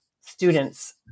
students